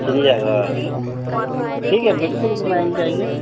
चिड़ियाघर ठीक है बिल्कुल घुमाएँगे आइए